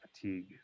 fatigue